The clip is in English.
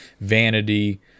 vanity